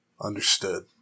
Understood